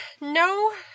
no